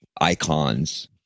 icons